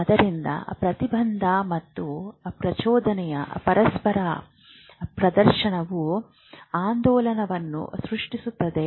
ಆದ್ದರಿಂದ ಪ್ರತಿಬಂಧ ಮತ್ತು ಪ್ರಚೋದನೆಯ ಪರಸ್ಪರ ಪ್ರದರ್ಶನವು ಆಂದೋಲನವನ್ನು ಸೃಷ್ಟಿಸುತ್ತದೆ